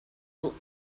will